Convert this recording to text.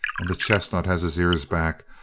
and the chestnut has his ears back.